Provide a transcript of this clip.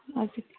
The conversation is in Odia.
ଆଚ୍ଛା